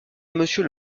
monsieur